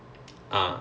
okay